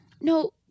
No